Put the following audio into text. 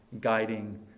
guiding